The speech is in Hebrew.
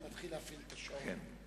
אני מתחיל להפעיל את השעון.